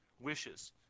wishes